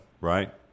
right